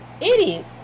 Idiots